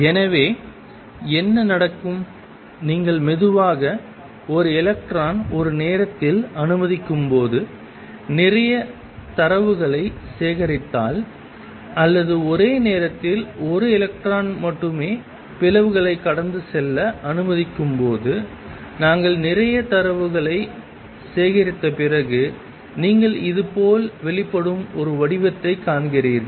எனவே என்ன நடக்கும் நீங்கள் மெதுவாக ஒரு எலக்ட்ரான் ஒரு நேரத்தில் அனுமதிக்கும் போது நிறைய தரவுகளை சேகரித்தால் அல்லது ஒரே நேரத்தில் ஒரு எலக்ட்ரான் மட்டுமே பிளவுகளை கடந்து செல்ல அனுமதிக்கும்போது நாங்கள் நிறைய தரவுகளை சேகரித்த பிறகு நீங்கள் இது போல் வெளிப்படும் ஒரு வடிவத்தைக் காண்கிறீர்கள்